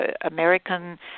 American